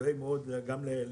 שדואג מאוד לכולנו,